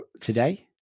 today